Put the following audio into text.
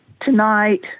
tonight